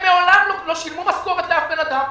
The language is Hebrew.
הם מעולם לא שילמו משכורת לאף בן אדם.